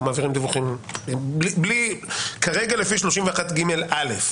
כרגע לפי 31ג(א).